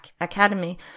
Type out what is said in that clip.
Academy